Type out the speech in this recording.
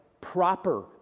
proper